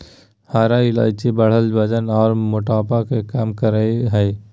हरा इलायची बढ़ल वजन आर मोटापा के कम करई हई